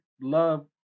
love